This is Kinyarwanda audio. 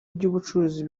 by’ubucuruzi